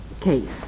case